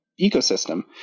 ecosystem